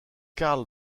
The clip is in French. karl